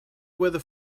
weather